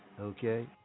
Okay